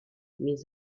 mes